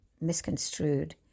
misconstrued